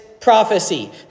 prophecy